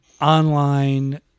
online